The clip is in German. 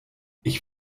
ich